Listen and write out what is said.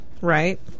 right